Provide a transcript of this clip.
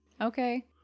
Okay